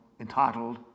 entitled